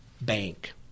bank